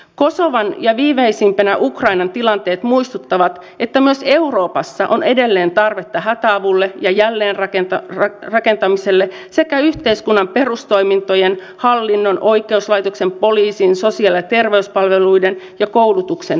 kosovon ja viimeisimpänä ukrainan tilanteet muistuttavat että myös euroopassa on edelleen tarvetta hätäavulle ja jälleenrakentamiselle sekä yhteiskunnan perustoimintojen hallinnon oikeuslaitoksen poliisin sosiaali ja terveyspalveluiden ja koulutuksen turvaamiselle